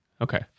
Okay